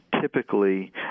typically